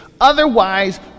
otherwise